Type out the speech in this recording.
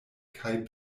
kaj